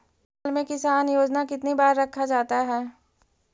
साल में किसान योजना कितनी बार रखा जाता है?